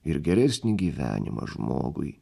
ir geresnį gyvenimą žmogui